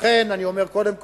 ולכן אני אומר, קודם כול,